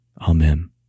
Amen